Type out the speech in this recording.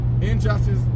Injustice